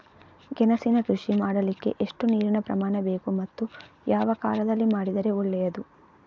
ಗೆಣಸಿನ ಕೃಷಿ ಮಾಡಲಿಕ್ಕೆ ಎಷ್ಟು ನೀರಿನ ಪ್ರಮಾಣ ಬೇಕು ಮತ್ತು ಯಾವ ಕಾಲದಲ್ಲಿ ಮಾಡಿದರೆ ಒಳ್ಳೆಯದು?